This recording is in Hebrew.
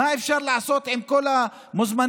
מה אפשר לעשות עם כל המוזמנים,